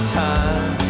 time